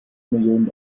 millionen